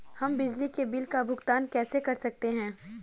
हम बिजली के बिल का भुगतान कैसे कर सकते हैं?